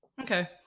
Okay